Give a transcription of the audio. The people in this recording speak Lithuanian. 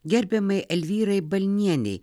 gerbiamai elvyrai balnienei